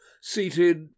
seated